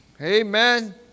Amen